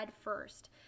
first